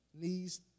knees